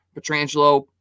Petrangelo